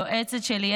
היועצת שלי,